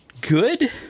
good